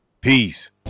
Peace